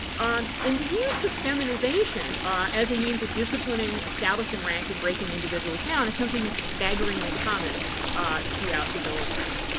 um and the use of feminization ah as a means of disciplining, establishing rank, and breaking individuals down, is something that's staggeringly common ah throughout the military.